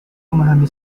memahami